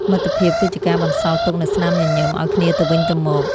មិត្តភាពគឺជាការបន្សល់ទុកនូវស្នាមញញឹមឱ្យគ្នាទៅវិញទៅមក។